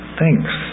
thanks